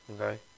Okay